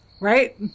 Right